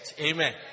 Amen